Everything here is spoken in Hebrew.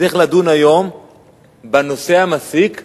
צריך לדון היום בנושא המסיק,